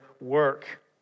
work